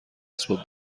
اسباب